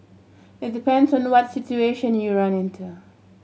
it depends on what situation you run into